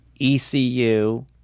ECU